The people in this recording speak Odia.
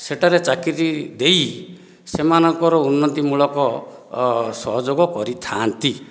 ସେଠାରେ ଚାକିରି ଦେଇ ସେମାନଙ୍କର ଉନ୍ନତିମୂଳକ ସହଯୋଗ କରିଥାନ୍ତି